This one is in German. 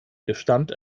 gestand